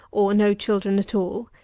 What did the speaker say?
or no children at all.